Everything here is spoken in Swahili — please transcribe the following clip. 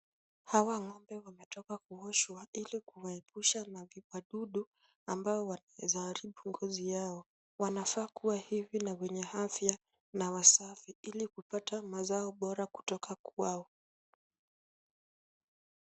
Hawa ng'ombe wametoka kuoshwa ili kuwaepusha na viwadudu ambao wanaeza ngozi yao. Wanafaa kuwa hivi na wenye afya na wasafi ili kupata mazao bora kutoka kwao.